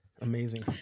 Amazing